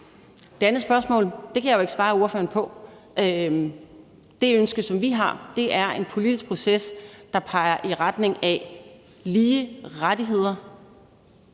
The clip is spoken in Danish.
Det andet spørgsmål kan jeg jo ikke svare ordføreren på. Det ønske, som vi har, er en politisk proces, der peger i retning af lige rettigheder